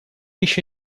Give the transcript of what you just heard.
еще